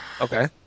Okay